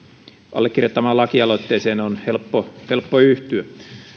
allekirjoittamaan lakialoitteeseen on helppo helppo yhtyä